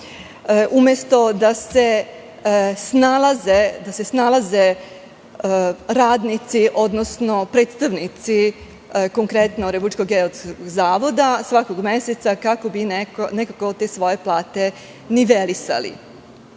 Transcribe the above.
umesto da se snalaze radnici, odnosno predstavnici konkretno RGZ svakog meseca kako bi nekako te svoje plate nivelisali.